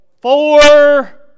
Four